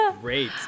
Great